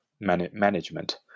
management